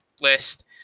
list